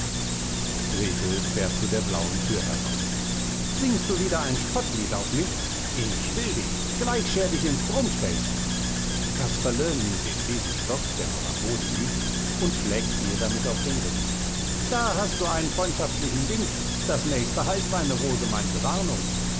gretl fährt zu der blauen thür heraus singst du wieder ein spottlied auf mich ich will dich gleich scher dich ins brummställchen casperle nimmt den besenstock der noch am boden liegt und schlägt ihr damit auf den rücken da hast du einen freundschaftlichen wink das nächste heißt eine wohlgemeinte warnung